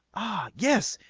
ah, yes!